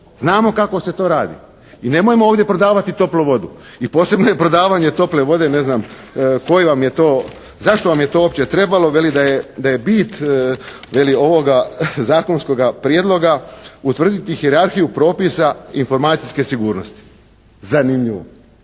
Znamo kako se to radi. I nemojmo ovdje prodavati toplu vodu. I posebno je prodavanje tople vode ne znam, zašto vam je to uopće trebalo. Veli da je bit veli ovoga zakonskoga prijedloga, utvrditi hijerarhiju propisa informacijske sigurnosti. Zanimljivo!